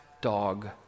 dog